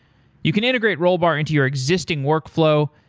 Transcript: you can integrate rollbar into your existing workflow.